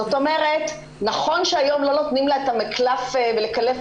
נכון שהיום לא נותנים לה את המקלף ולקלף